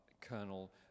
Colonel